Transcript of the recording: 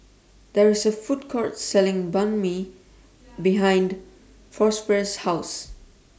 There IS A Food Court Selling Banh MI behind Prosper's House